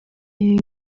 iyi